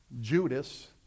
Judas